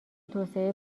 توسعه